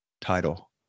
title